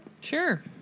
sure